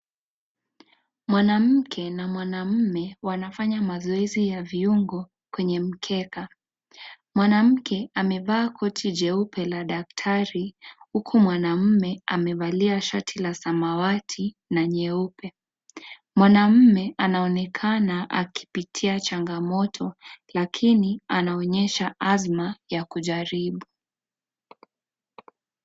Mwanamke na mwanaume wanafanya mazoezi ya viungo kwenye mkeka, mwanamke amevaa koti jeupe la daktari huku mwanaume amevalia shati la samawati na nyeupe. Mwanamme anaonekana akipitia changamoto lakini anaonyesha azma ya kujaribu.